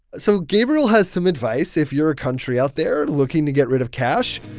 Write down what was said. so gabriel has some advice. if you're a country out there looking to get rid of cash,